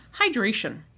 hydration